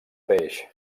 peix